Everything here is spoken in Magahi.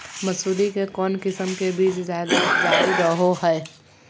मसूरी के कौन किस्म के बीच ज्यादा उपजाऊ रहो हय?